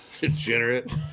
Degenerate